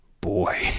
Boy